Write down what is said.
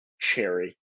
cherry